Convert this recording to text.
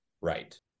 right